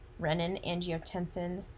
renin-angiotensin